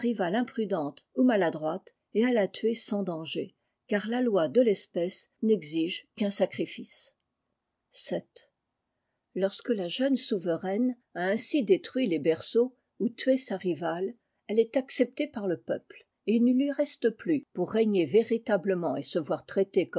imprudente ou maladroite c la tuer sans danger car la loi de tesf exige qu'un sacrifice vii lorsque la jeune souveraine a ahisi détruit le berceaux ou tué sa riralc elle est acceptée par le peuple et il ne lui reste plus pour régner véritablement et se yoir traitée